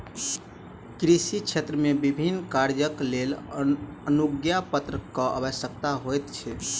कृषि क्षेत्र मे विभिन्न कार्यक लेल अनुज्ञापत्र के आवश्यकता होइत अछि